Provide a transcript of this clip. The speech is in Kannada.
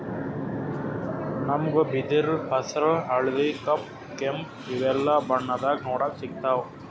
ನಮ್ಗ್ ಬಿದಿರ್ ಹಸ್ರ್ ಹಳ್ದಿ ಕಪ್ ಕೆಂಪ್ ಇವೆಲ್ಲಾ ಬಣ್ಣದಾಗ್ ನೋಡಕ್ ಸಿಗ್ತಾವ್